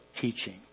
teaching